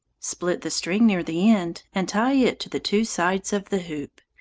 split the string near the end, and tie it to the two sides of the hoop.